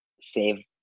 save